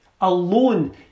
alone